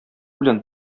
белән